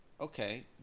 Okay